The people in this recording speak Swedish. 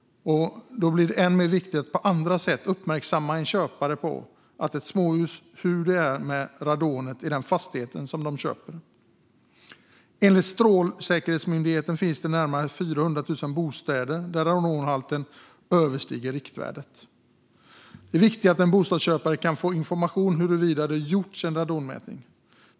Därför blir det än mer viktigt att på andra sätt uppmärksamma köpare av ett småhus på hur det ligger till med radonet i den fastighet de köper. Enligt Strålsäkerhetsmyndigheten finns närmare 400 000 bostäder där radonhalten överstiger riktvärdet. Det är viktigt att en bostadsköpare kan få information om huruvida det gjorts en radonmätning.